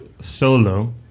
solo